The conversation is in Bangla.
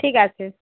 ঠিক আছে